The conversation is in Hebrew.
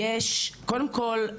קודם כל,